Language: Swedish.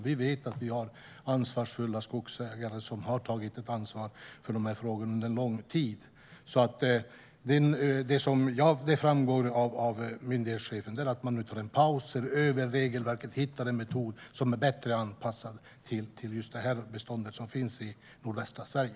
Vi vet att vi har ansvarsfulla skogsägare som har tagit ett ansvar för dessa frågor under en lång tid. Det som framgår från myndighetschefen är att man nu tar en paus, ser över regelverket och hittar en metod som är bättre anpassad till det bestånd som finns i nordvästra Sverige.